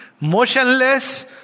motionless